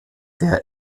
der